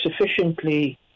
sufficiently